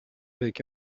avec